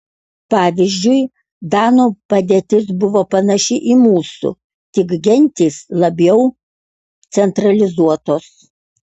pavyzdžiui danų padėtis buvo panaši į mūsų tik gentys labiau centralizuotos